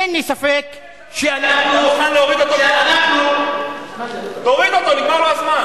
אין לי ספק שאנחנו, תוריד אותו, נגמר לו הזמן.